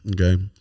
Okay